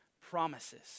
promises